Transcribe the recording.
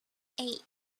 eight